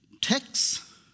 text